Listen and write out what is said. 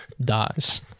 dies